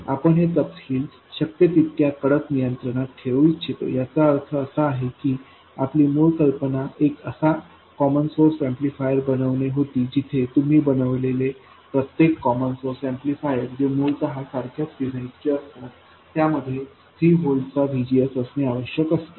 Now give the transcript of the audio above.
आपण हे तपशील शक्य तितक्या कडक नियंत्रणात ठेवू इच्छितो म्हणजे याचा अर्थ असा आहे की आपली मूळ कल्पना एक असा कॉमन सोर्स ऍम्प्लिफायर बनवणे होती जिथे तुम्ही बनविलेले प्रत्येक कॉमन सोर्स ऍम्प्लिफायर जे मुळतः सारख्याच डिझाइनचे असतात त्यामध्ये 3 व्होल्ट चा VGS असणे आवश्यक असते